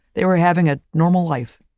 they were having a normal life.